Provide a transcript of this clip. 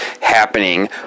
happening